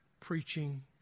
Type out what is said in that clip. preaching